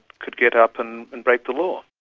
could get up and and break the law.